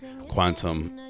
Quantum